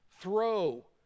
throw